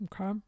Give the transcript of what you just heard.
Okay